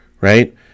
Right